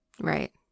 right